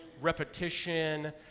repetition